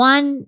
One